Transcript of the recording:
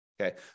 Okay